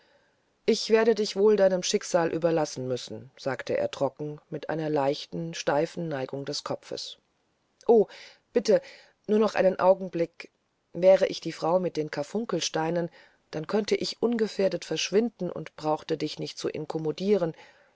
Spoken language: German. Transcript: ich werde dich wohl nun deinem schicksal überlassen müssen sagte er trocken mit einer leichten steifen neigung des kopfes o bitte nur noch einen augenblick wäre ich die frau mit den karfunkelsteinen dann könnte ich ungefährdet verschwinden und brauchte dich nicht zu inkommodieren